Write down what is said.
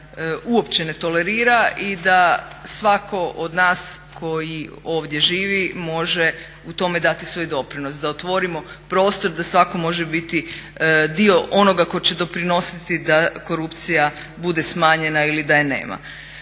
uopće ne tolerira i da svatko od nas koji ovdje živi može u tome dati svoj doprinos, da otvorimo prostor da svatko može biti dio onoga tko će doprinositi da korupcija bude smanjena ili da je nema.